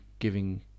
giving